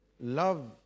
love